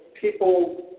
people